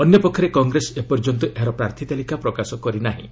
ଅନ୍ୟପକ୍ଷରେ କଂଗ୍ରେସ ଏପର୍ଯ୍ୟନ୍ତ ଏହାର ପ୍ରାର୍ଥୀ ତାଲିକା ପ୍ରକାଶ କରି ନାହିଁ